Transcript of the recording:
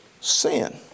sin